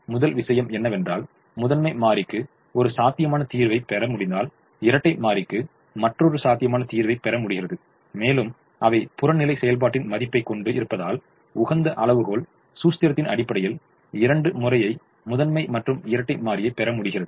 முதல் விஷயம் என்னவென்றால் முதன்மை மாறிக்கு ஒரு சாத்தியமான தீர்வைப் பெற முடிந்தால் இரட்டைமாறிக்கு மற்றொரு சாத்தியமான தீர்வைப் பெற முடிகிறது மேலும் அவை புறநிலை செயல்பாட்டின் மதிப்பைக் கொண்டு இருப்பதால் உகந்த அளவுகோல் சூஸ்திரத்தின் அடிப்படையில் இரண்டு முறையே முதன்மை மற்றும் இரட்டை மாறியை பெற முடிகிறது